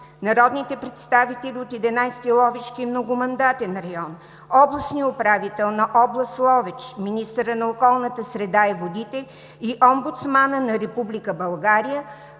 народните представители от Единадесети Ловешки многомандатен район, областният управител на област Ловеч, министърът на околната среда и водите и омбудсманът на Република България,